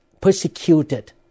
persecuted